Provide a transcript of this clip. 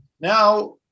now